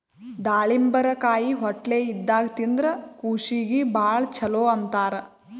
ದಾಳಿಂಬರಕಾಯಿ ಹೊಟ್ಲೆ ಇದ್ದಾಗ್ ತಿಂದ್ರ್ ಕೂಸೀಗಿ ಭಾಳ್ ಛಲೋ ಅಂತಾರ್